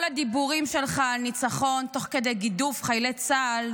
כל הדיבורים שלך על ניצחון תוך כדי גידוף חיילי צה"ל,